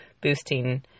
boosting